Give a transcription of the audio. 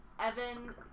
Evan